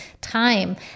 time